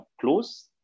close